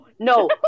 No